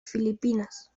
filipinas